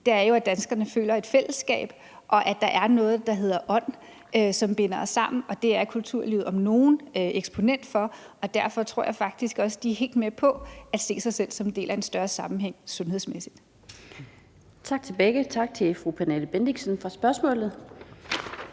jo er, at danskerne føler et fællesskab, og at der er noget, der hedder ånd, som binder os sammen. Det er kulturlivet om noget eksponent for, og derfor tror jeg faktisk også, at det er helt med på at se sig selv som en del af en større sammenhæng sundhedsmæssigt. Kl. 17:26 Den fg. formand (Annette Lind): Tak til begge. Tak til fru Pernille Bendixen for spørgsmålet.